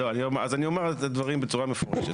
לא אני אז אני אומר את הדברים בצורה מפורשת,